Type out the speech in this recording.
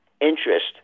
interest